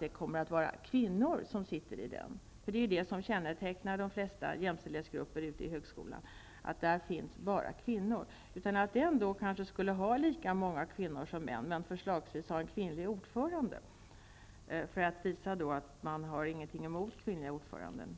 det inte bara är kvinnor som skall sitta i denna grupp. Det är kännetecknande för de flesta jämställdhetsgrupper i högskolan att de består av enbart kvinnor. Gruppen bör bestå av lika många kvinnor som män, men förslagsvis ha en kvinnlig ordförande -- för att på så sätt visa att man inte har något emot kvinnliga ordföranden.